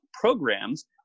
programs